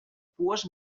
pues